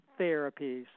therapies